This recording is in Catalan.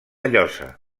llosa